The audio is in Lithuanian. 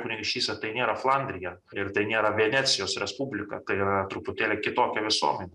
kunigaikštystė tai nėra flandrija ir tai nėra venecijos respublika tai yra truputėlį kitokia visuomenė